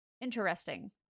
Interesting